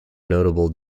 notable